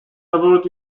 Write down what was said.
award